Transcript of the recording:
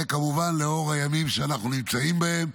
זה כמובן לאור הימים שאנחנו נמצאים בהם.